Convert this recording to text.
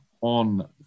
on